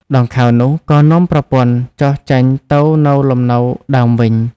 ដង្ខៅនោះ ក៏នាំប្រពន្ធចុះ ចេញទៅនៅលំនៅដើមវិញ ។